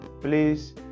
please